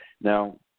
Now